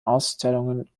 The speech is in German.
ausstellungen